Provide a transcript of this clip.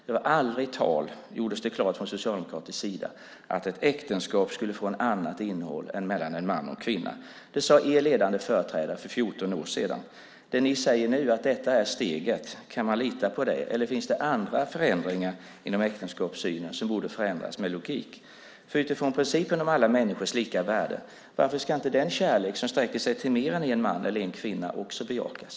Det gjordes klart från socialdemokratisk sida att det aldrig var tal om att ett äktenskap skulle få ett annat innehåll än relationen mellan en man och en kvinna. Det sade er ledande företrädare för 14 år sedan. Nu säger ni att detta är steget. Kan man lita på det, eller finns det andra förändringar inom äktenskapssynen som borde förändras med logik? Utifrån principen om alla människors lika värde - varför ska inte den kärlek som sträcker sig till mer än en man eller en kvinna också bejakas?